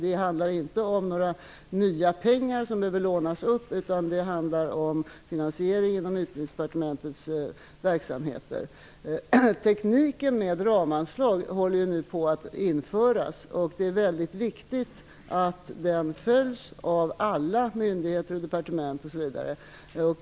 Det handlar alltså inte om några nya pengar som behöver lånas upp, utan det handlar om finansiering inom Utbildningsdepartementets verksamheter. Tekniken med ramanslag håller ju på att införas nu. Det är väldigt viktigt att den följs av alla myndigheter, departement osv.